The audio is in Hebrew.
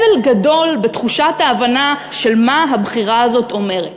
אבל גדול בתחושת ההבנה של מה הבחירה הזאת אומרת.